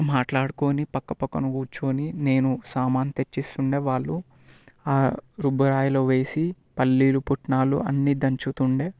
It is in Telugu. మాట్లాడుకొని పక్క పక్కన కూర్చుని నేను సామాను తెచ్చిస్తుండే వాళ్ళు ఆ రుబ్బురాయిలో వేసి పల్లీలు పుట్నాలు అన్ని దంచుతుండే